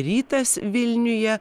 rytas vilniuje